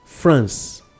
France